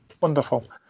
wonderful